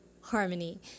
harmony